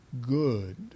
good